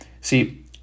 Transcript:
See